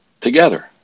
together